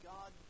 God